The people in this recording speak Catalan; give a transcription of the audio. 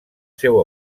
seu